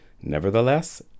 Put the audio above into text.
Nevertheless